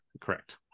Correct